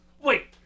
Wait